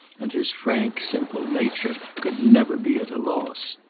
and his frank, simple nature could never be at a loss.